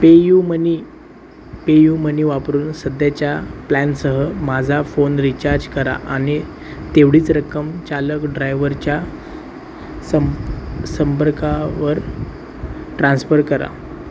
PayUmoney PayU money वापरून सध्याच्या प्लॅनसह माझा फोन रिचार्ज करा आणि तेवढीच रक्कम चालक ड्रायवरच्या सं संपर्कावर ट्रान्स्फर करा